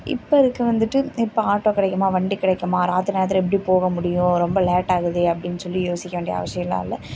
இப்போருக்க வந்துவிட்டு இப்போது ஆட்டோ கிடைக்குமா வண்டி கிடைக்குமா ராத்திரி நேரத்தில் எப்படி போக முடியும் ரொம்ப லேட்டாகுதே அப்படினு சொல்லி யோசிக்க வேண்டிய அவசியமெல்லாம் இல்லை